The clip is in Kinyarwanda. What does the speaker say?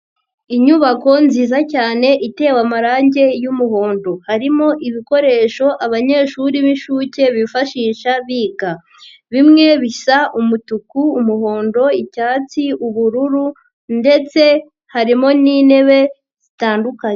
Inyubako nziza cyane itewe amarange y'umuhondo, harimo ibikoresho abanyeshuri b'inshuke bifashisha biga, bimwe bisa umutuku, umuhondo, icyatsi, ubururu ndetse harimo n'intebe zitandukanye.